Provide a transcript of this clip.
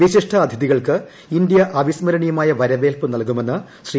വിശിഷ്ട അതിഥികൾക്ക് ഇന്ത്യ അവ്വിസ്മരണീയമായ വരവേൽപ്പ് നൽകുമെന്ന് ശ്രീ